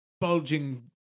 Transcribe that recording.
bulging